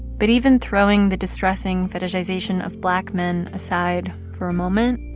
but even throwing the distressing fetishization of black men aside for a moment.